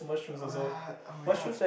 what oh-my-god